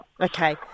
Okay